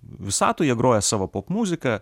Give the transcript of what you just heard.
visatoj jie groja savo popmuziką